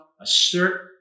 assert